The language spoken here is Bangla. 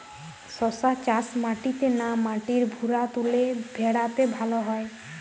শশা চাষ মাটিতে না মাটির ভুরাতুলে ভেরাতে ভালো হয়?